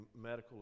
medical